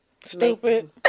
Stupid